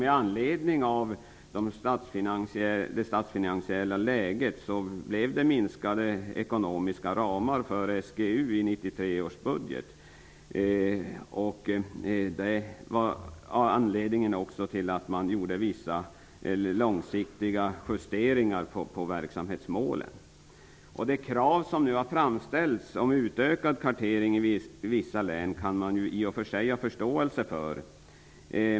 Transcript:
Med anledning av det statsfinansiella läget fick SGU minskade ekonomiska ramar i 1993 års budget. Det var också anledningen till vissa långsiktiga justeringar av verksamhetsmålen. De krav som nu har framställts om utökad kartering i vissa län kan man i och för sig ha förståelse för.